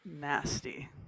nasty